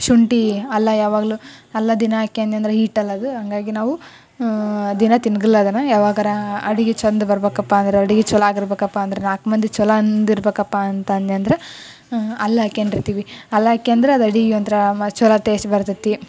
ಶುಂಠಿ ಅಲ್ಲ ಯಾವಾಗ್ಲೂ ಅಲ್ಲ ದಿನಾ ಹಾಕೊಂದ್ನಂದ್ರ ಈಟ್ ಅಲ್ಲ ಅದು ಹಾಗಾಗಿ ನಾವು ದಿನಾ ತಿನ್ನೋದಿಲ್ಲ ಅದನ್ನು ಯಾವಾಗರಾ ಅಡುಗೆ ಛಂದ ಬರ್ಬೇಕಪ್ಪಾ ಅಂದ್ರೆ ಅಡುಗೆ ಛಲೋ ಆಗಿರ್ಬೇಕಪ್ಪಾ ಅಂದ್ರೆ ನಾಲ್ಕು ಮಂದಿ ಛಲೋ ಅಂದಿರ್ಬೇಕಪ್ಪಾ ಅಂತ ಅಂದೆನಂದ್ರ ಅಲ್ಲ ಹಾಕೊಂದಿರ್ತಿವಿ ಅಲ್ಲ ಹಾಕ್ಯಂದ್ರ ಅದು ಅಡುಗೆ ಒಂಥರಾ ಮ ಛಲೋ ಟೇಸ್ಟ್ ಬರ್ತದೆ